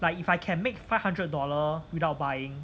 like if I can make five hundred dollar without buying